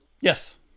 Yes